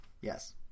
Yes